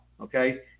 okay